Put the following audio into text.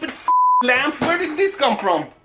lamp! where did this come from?